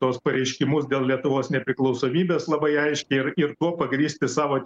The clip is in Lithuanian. tuos pareiškimus dėl lietuvos nepriklausomybės labai aiškiai ir ir tuo pagrįsti savo